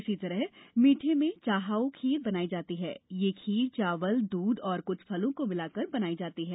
इसी तरह मीठे में चाहाओ खीर बनाई जाती है यह खीर चावल द्रध और कुछ फलों को मिलाकर बनाई जाती है